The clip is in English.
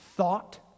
thought